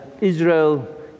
Israel